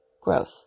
growth